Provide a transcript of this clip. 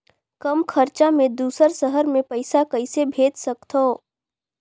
कम खरचा मे दुसर शहर मे पईसा कइसे भेज सकथव?